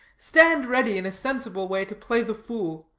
stand ready in a sensible way to play the fool.